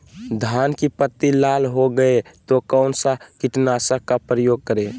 धान की पत्ती लाल हो गए तो कौन सा कीटनाशक का प्रयोग करें?